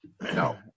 No